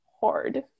hard